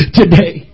today